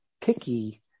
picky